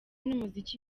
n’umuziki